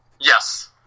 Yes